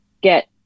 get